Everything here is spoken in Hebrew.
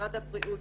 משרד הבריאות,